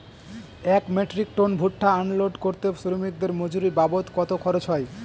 এক metric ton ভুট্টা unload করতে শ্রমিকের মজুরি বাবদ কত খরচ হয়?